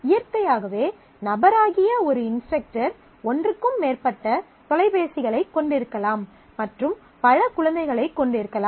இயற்கையாகவே நபராகிய ஒரு இன்ஸ்ட்ரக்டர் ஒன்றுக்கும் மேற்பட்ட தொலைபேசிகளைக் கொண்டிருக்கலாம் மற்றும் பல குழந்தைகளைக் கொண்டிருக்கலாம்